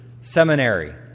Seminary